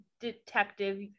detective